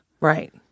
Right